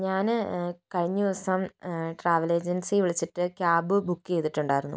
ഞാന് കഴിഞ്ഞ ദിവസം ട്രാവൽ ഏജൻസിയെ വിളിച്ചിട്ട് ക്യാബ് ബുക്ക് ചെയ്തിട്ടുണ്ടായിരുന്നു